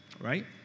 right